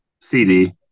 CD